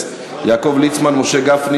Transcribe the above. כפי שאני מצפה,